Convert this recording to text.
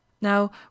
now